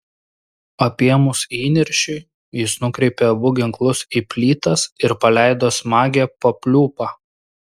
apėmus įniršiui jis nukreipė abu ginklus į plytas ir paleido smagią papliūpą